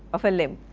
of a limb.